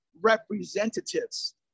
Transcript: representatives